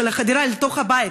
של החדירה אל תוך הבית,